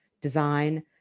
design